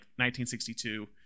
1962